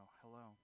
hello